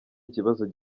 ikibazo